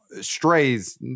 strays